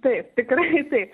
taip tikrai taip